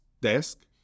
desk